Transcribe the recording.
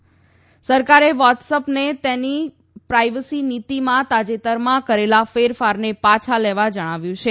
WhatsApp સરકારે વોટ્સઅપને તેની પ્રાયવસી નીતીમાં તાજેતરમાં કરેલા ફેરફારને પાછા લેવા જણાવ્યું છે